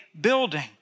building